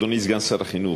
אדוני סגן שר החינוך,